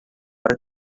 para